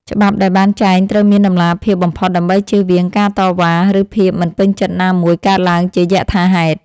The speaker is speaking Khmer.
ច្បាប់ដែលបានចែងត្រូវមានតម្លាភាពបំផុតដើម្បីជៀសវាងការតវ៉ា ឬ ភាពមិនពេញចិត្តណាមួយកើតឡើងជាយថាហេតុ។